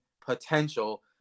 potential